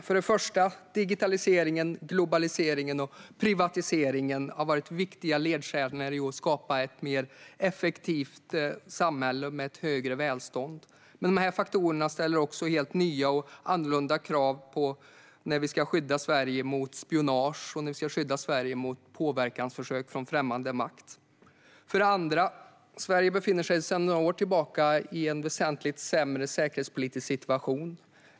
För det första har digitaliseringen, globaliseringen och privatiseringen varit viktiga ledstjärnor för att skapa ett mer effektivt samhälle med ett större välstånd. Men de faktorerna ställer också helt nya och annorlunda krav när vi ska skydda Sverige mot spionage och påverkansförsök från främmande makt. För det andra befinner sig Sverige sedan några år tillbaka i en väsentligt sämre säkerhetspolitisk situation.